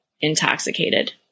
intoxicated